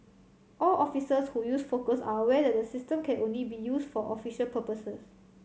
all officers who use Focus are aware that the system can only be used for official purposes